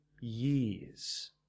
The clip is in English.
years